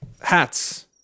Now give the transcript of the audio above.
Hats